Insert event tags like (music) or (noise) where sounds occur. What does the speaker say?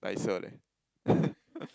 nicer leh (laughs)